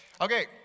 Okay